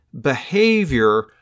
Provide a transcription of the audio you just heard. behavior